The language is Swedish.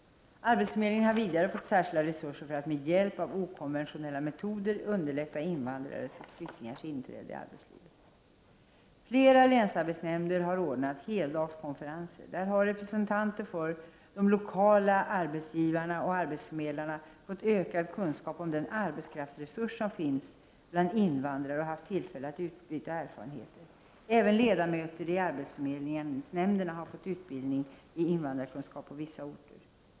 Arbetsförmedlingen har vidare fått särskilda resurser för att med hjälp av okonventionella metoder underlätta invandrares och flyktingars inträde i arbetslivet. Flera länsarbetsnämnder har anordnat heldagskonferenser. Där har representanter för de lokala arbetsgivarna och arbetsförmedlingen fått ökad kunskap om den arbetskraftsresurs som finns bland invandrare och haft tillfälle att utbyta erfarenheter. Även ledamöterna i arbetsförmedlingsnämnderna har fått utbildning i invandrarkunskap på vissa orter.